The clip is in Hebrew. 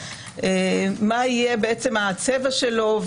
מה יהיה בעצם הצבע שלו,